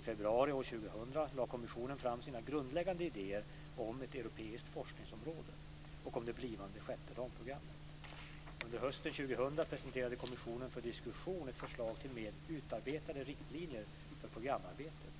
I februari år 2000 lade kommissionen fram sina grundläggande idéer om ett "europeiskt forskningsområde" och om det blivande sjätte ramprogrammet. Under hösten 2000 presenterade kommissionen för diskussion ett förslag till mer utarbetade riktlinjer för programarbetet.